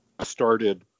started